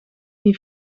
die